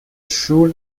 شور